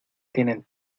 tienen